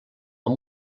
amb